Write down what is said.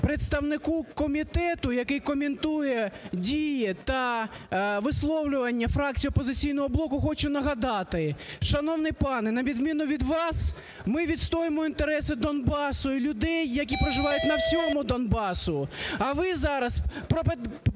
Представнику комітету, який коментує дії та висловлювання фракції "Опозиційного блоку", хочу нагадати. Шановний пане, на відміну від вас ми відстоюємо інтереси Донбасу і людей, які проживають на всьому Донбасі. А ви зараз намагаєтеся